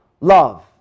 love